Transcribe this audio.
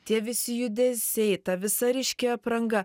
tie visi judesiai ta visa ryški apranga